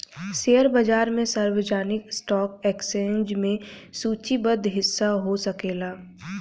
share बाजार में सार्वजनिक स्टॉक एक्सचेंज में सूचीबद्ध हिस्सा हो सकेला